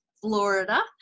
Florida